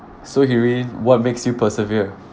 so hee rin what makes you persevere